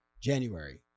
January